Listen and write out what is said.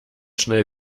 schnell